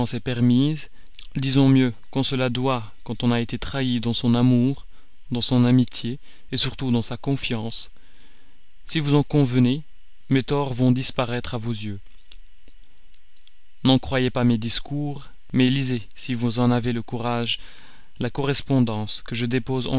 est permise disons mieux qu'on se la doit quand on a été trahi dans son amour dans son amitié et surtout dans sa confiance si vous en convenez mes torts vont disparaître à vos yeux n'en croyez pas mes discours mais lisez si vous en avez le courage la correspondance que je dépose